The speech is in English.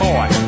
Boy